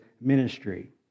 ministry